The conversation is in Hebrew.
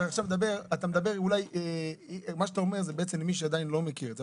מה שאתה אומר זה למי שעדיין לא מכיר את זה.